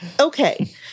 Okay